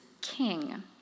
king